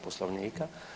Poslovnika.